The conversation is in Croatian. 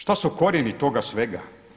Šta su korijena toga svega?